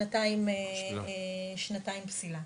שנתיים פסילה.